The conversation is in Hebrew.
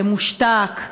למושתק,